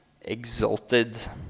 exalted